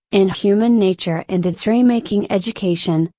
in human nature and its remaking education,